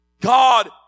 God